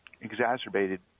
exacerbated